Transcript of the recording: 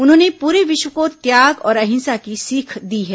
उन्होंने पूरे विश्व को त्याग और अहिंसा की सीख दी है